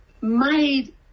made